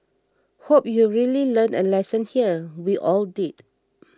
hope you've really learned a lesson here we all did